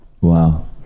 Wow